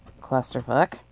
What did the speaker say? clusterfuck